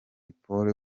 polly